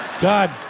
God